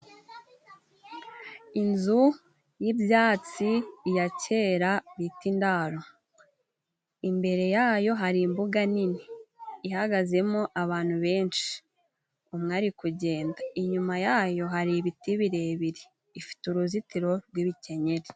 Inzu y'ibyatsi ya kera bita indaro , imbere yayo hari imbuga nini ihagazemo abantu benshi umwe ari kugenda inyuma yayo hari ibiti birebire ifite uruzitiro rw'ibikenyeri.